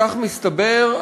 כך מסתבר,